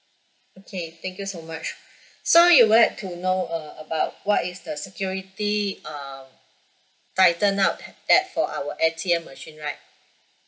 okay thank you so much so you would like to know uh about what is the security err tighten up that for our A_T_M machine right